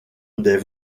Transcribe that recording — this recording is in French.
des